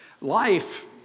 Life